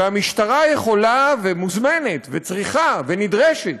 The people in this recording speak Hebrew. והמשטרה יכולה, ומוזמנת, וצריכה, ונדרשת,